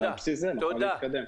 על בסיס זה נוכל להתקדם.